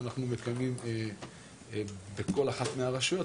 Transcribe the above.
שאנחנו מקיימים בכל אחת מהרשויות,